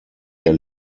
der